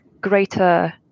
greater